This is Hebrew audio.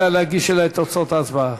נא להגיש לי את תוצאות ההצבעה.